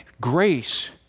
Grace